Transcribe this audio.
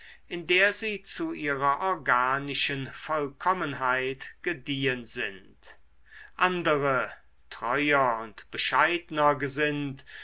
in der sie zu ihrer organischen vollkommenheit gediehen sind andere treuer und bescheidner gesinnt